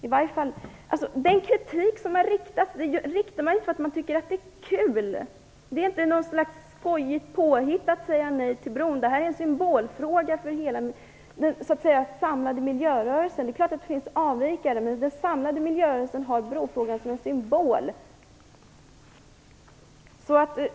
Man har ju inte riktat kritik bara för att man tycker att det är kul. Det är inte något slags skojigt påhitt att säga nej till bron. Detta är en symbolfråga för hela den samlade miljörörelsen. Det är klart att det finns avvikare, men den samlade miljörörelsen har brofrågan som en symbol.